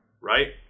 Right